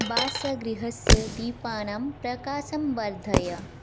वासगृहस्य दीपानां प्रकाशं वर्धय